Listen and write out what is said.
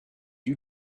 you